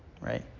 right